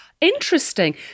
Interesting